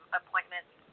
appointments